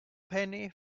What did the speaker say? penny